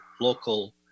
local